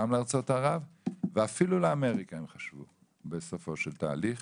גם לארצות ערב ואפילו לאמריקה הם חשבו בסופו של תהליך,